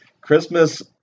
Christmas